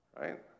Right